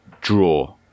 draw